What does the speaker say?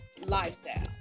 lifestyle